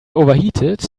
overheated